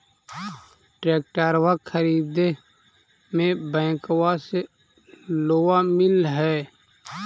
ट्रैक्टरबा खरीदे मे बैंकबा से लोंबा मिल है?